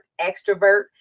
extrovert